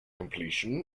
completion